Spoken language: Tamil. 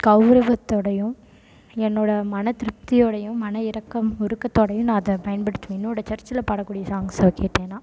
கௌரவத்தோடயும் என்னோட மன திருப்தியோடயும் மன இரக்கம் உருக்கத்தோடயும் நான் அதை பயன்படுத்துவேன் என்னோடய சர்ச்சில் பாடக்கூடிய சாங்ஸை கேட்டேன்னா